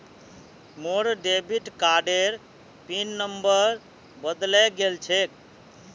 मोर डेबिट कार्डेर PIN number बदले गेल छेक